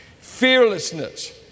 fearlessness